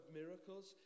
miracles